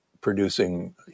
producing